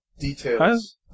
Details